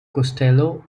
costello